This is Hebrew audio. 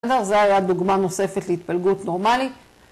‫זהו, זה הייתה דוגמה נוספת ‫להתפלגות נורמלית.